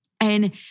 And-